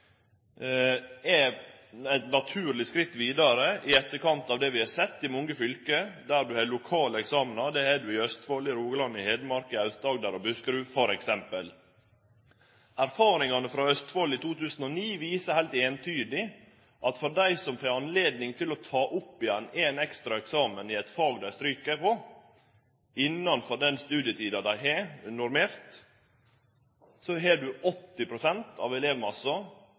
er eit naturleg skritt vidare i etterkant av det vi har sett i mange fylke, der ein har lokale eksamenar. Det har ein f.eks. i Østfold, i Rogaland, i Hedmark, i Aust-Agder og i Buskerud. Erfaringane frå Østfold i 2009 viser heilt eintydig at av dei som får anledning til å ta opp igjen ein eksamen i eit fag dei stryk i, innanfor den normerte studietida,